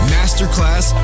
Masterclass